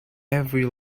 every